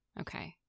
Okay